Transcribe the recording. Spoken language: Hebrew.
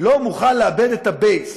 לא מוכן לאבד את ה-base.